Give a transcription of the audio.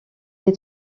les